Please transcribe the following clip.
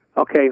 Okay